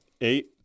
eight